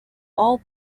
all